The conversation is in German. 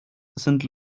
sind